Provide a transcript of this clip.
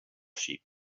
sheep